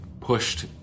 pushed